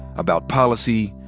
about policy,